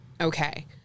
Okay